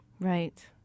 Right